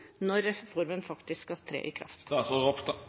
når reformen faktisk skal tre i kraft?